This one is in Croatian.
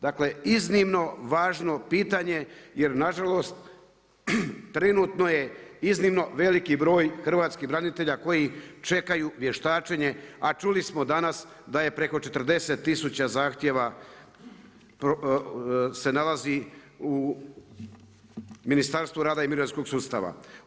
Dakle iznimno važno pitanje jer nažalost trenutno je iznimno veliki broj hrvatskih branitelja koji čekaju vještačenje a čuli smo danas da je preko 40 tisuća zahtjeva se nalazi u Ministarstvu rada i mirovinskog sustava.